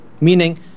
Meaning